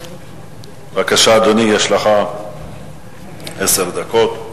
בבקשה, אדוני, יש לך עשר דקות.